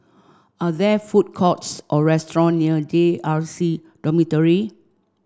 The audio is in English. are there food courts or restaurant near J R C Dormitory